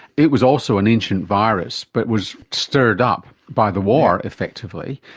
it was also an ancient virus but was stirred up by the war, effectively.